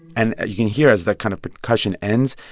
and you can hear, as the kind of percussion ends,